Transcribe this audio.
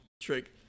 trick